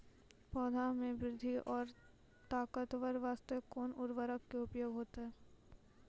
पौधा मे बृद्धि और ताकतवर बास्ते कोन उर्वरक के उपयोग होतै?